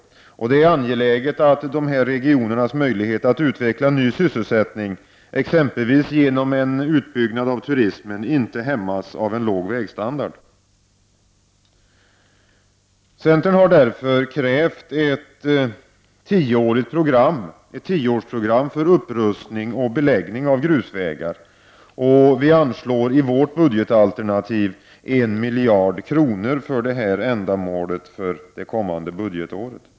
Det är angeläget att dessa regioners möjligheter att utveckla ny sysselsättning, exempelvis genom utbyggd turism, inte hämmas av låg vägstandard. Centern har därför krävt ett tioårsprogram för upprustning och beläggning av grusvägar, och vi anslår i vårt budgetalternativ 1 miljard kronor för det ändamålet för det kommande budgetåret.